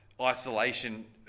isolation